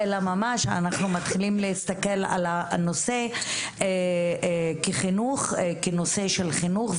אלא ממש אנחנו מתחילים להסתכל על הנושא כנושא של חינוך,